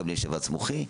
מקבלים שבץ מוחי.